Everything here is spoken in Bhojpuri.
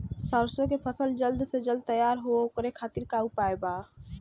सरसो के फसल जल्द से जल्द तैयार हो ओकरे खातीर का उपाय बा?